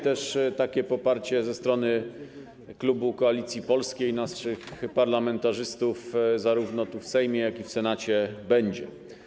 Takie poparcie ze strony klubu Koalicji Polskiej, naszych parlamentarzystów zarówno tu, w Sejmie, jak i w Senacie też będzie.